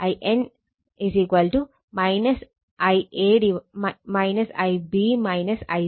In Ia Ib Ic